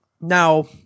Now